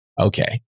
okay